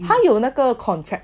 他有那个 contract